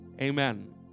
Amen